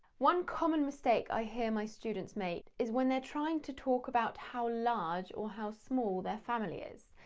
one common mistake i hear my students make is when they're trying to talk about how large or how small their family is.